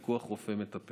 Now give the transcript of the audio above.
גם פה מדובר על בני 50 עד 74